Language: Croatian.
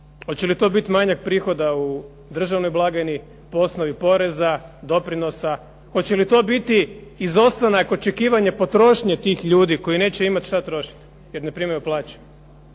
Hoće li to biti manjak prihoda u državnoj blagajni po osnovi poreza, doprinosa? Hoće li to biti izostanak očekivanja potrošnje tih ljudi koji neće imati što trošiti, jer ne primaju plaće?